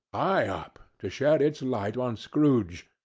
high up, to shed its light on scrooge,